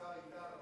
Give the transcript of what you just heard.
השר איתן,